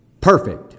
perfect